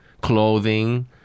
clothing